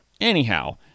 Anyhow